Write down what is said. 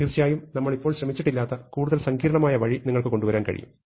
തീർച്ചയായും നമ്മൾ ഇപ്പോൾ ശ്രമിച്ചിട്ടില്ലാത്ത കൂടുതൽ സങ്കീർണമായ വഴി നിങ്ങൾക്ക് കൊണ്ടുവരാൻ കഴിയും